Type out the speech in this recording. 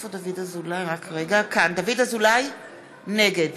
אזולאי, נגד